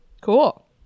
Cool